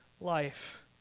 life